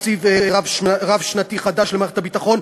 תקציב רב-שנתי חדש למערכת הביטחון,